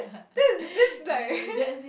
this this like